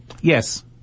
Yes